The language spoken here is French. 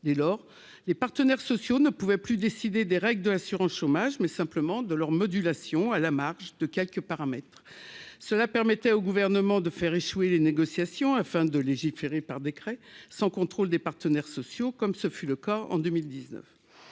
dès lors, les partenaires sociaux ne pouvaient plus décidé des règles de l'assurance chômage, mais simplement de leur modulation à la marge de quelques paramètres cela permettait au gouvernement de faire échouer les négociations afin de légiférer par décrets sans contrôle des partenaires sociaux, comme ce fut le cas en 2019